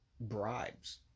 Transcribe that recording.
bribes